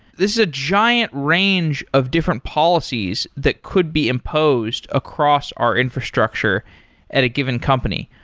there's a giant range of different policies that could be imposed across our infrastructure at a given company,